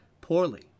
poorly